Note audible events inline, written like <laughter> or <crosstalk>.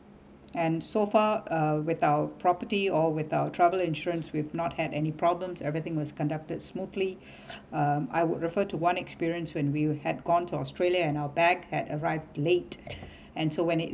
and so far uh with our property or with our travel insurance we've not had any problems everything was conducted smoothly <breath> um I would refer to one experience when we were had gone to australia and our bag had arrived late and so when it